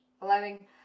allowing